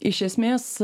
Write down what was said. iš esmės